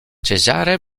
cesare